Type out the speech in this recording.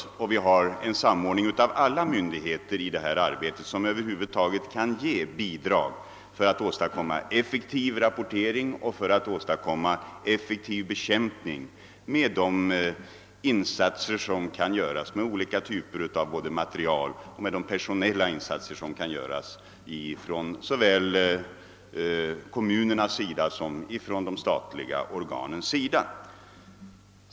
I detta arbete har vi en samordning mellan alla myndigheter, som över huvud taget kan ge bidrag för att åstadkomma effektiv rapportering och effektiv bekämpning. Det gäller både i fråga om materiella och personella insatser från såväl kommunernas som de statliga organens sida.